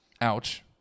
Ouch